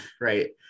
right